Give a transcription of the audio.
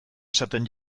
esaten